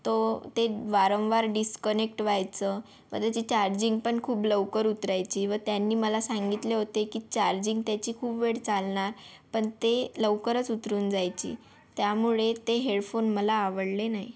तो ते वारंवार डिस्कनेक्ट व्हायचं व त्याची चार्जिंग पण खूप लवकर उतरायची व त्यांनी मला सांगितले होते की चार्जिंग त्याची खूप वेळ चालणार पण ते लवकरच उतरून जायची त्यामुळे ते हेडफोन मला आवडले नाही